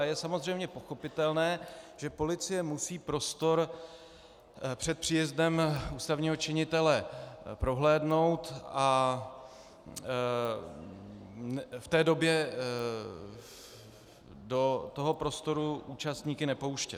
Je samozřejmě pochopitelné, že policie musí prostor před příjezdem ústavního činitele prohlédnout a v té době do toho prostoru účastníky nepouštět.